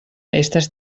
estas